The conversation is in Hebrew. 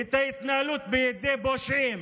את ההתנהלות בידי פושעים